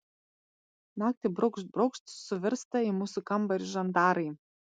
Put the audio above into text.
naktį braukšt braukšt suvirsta į mūsų kambarį žandarai